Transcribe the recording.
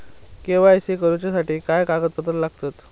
KYC करूच्यासाठी काय कागदपत्रा लागतत?